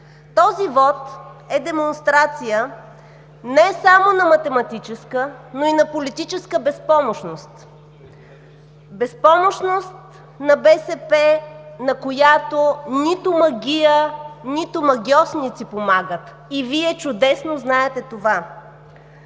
Този вот е демонстрация не само на математическа, но и на политическа безпомощност – безпомощност на БСП, на която нито магия, нито магьосници помагат, и Вие чудесно знаете това.